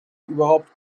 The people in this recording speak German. überhaupt